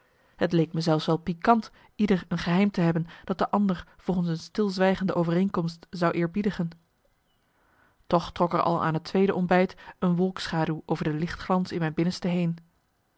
het leek me zelfs wel pikant ieder een geheim te hebben dat de ander volgens een stilzwijgende overeenkomst zou eerbiedigen toch trok er al aan het tweede ontbijt een wolkschaduw over de lichtglans in mijn binnenste heen